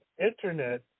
internet